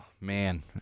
man